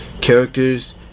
Characters